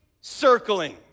circling